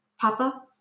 Papa